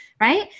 right